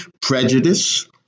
prejudice